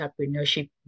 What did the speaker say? Entrepreneurship